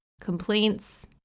Complaints